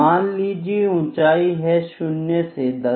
मान लीजिए ऊंचाई है 0 से 10